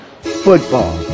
football